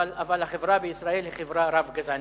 אבל החברה בישראל היא חברה רב-גזענית.